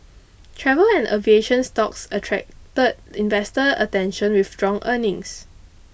travel and aviation stocks attracted investor attention with strong earnings